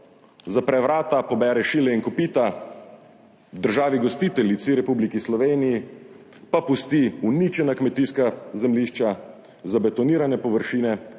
zapre vrata, pobere šile in kopita, državi gostiteljici, Republiki Sloveniji, pa pusti uničena kmetijska zemljišča, zabetonirane površine